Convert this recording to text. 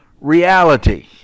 reality